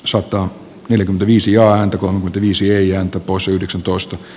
sota eli gmp viisi ääntä kun prinssi ei ota pois yhdeksäntoista